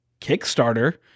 kickstarter